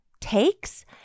takes